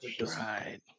Right